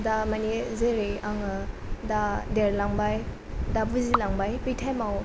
दा माने जेरै आङो दा देरलांबाय दा बुजिलांबाय बै टाइमाव